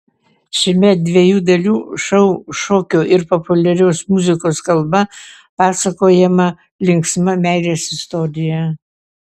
šiame dviejų dalių šou šokio ir populiarios muzikos kalba pasakojama linksma meilės istorija